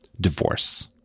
Divorce